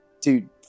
dude